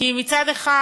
כי מצד אחד